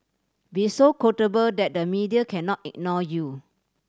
be so quotable that the media cannot ignore you